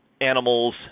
animals